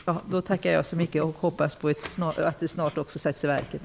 Fru talman! Jag tackar så mycket och hoppas att det här snart skall sättas i verket.